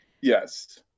Yes